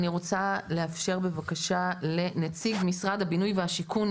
אני רוצה לאפשר בבקשה לנציג משרד הבינוי והשיכון,